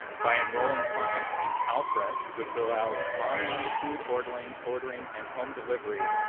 by enrolling clients in calfresh, which allows online food ordering ordering and home delivery,